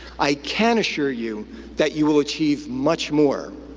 i can assure you that you will achieve much more,